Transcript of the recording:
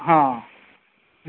हां